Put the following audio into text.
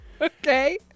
Okay